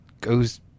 goes